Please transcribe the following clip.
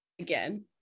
again